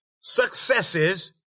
successes